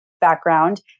background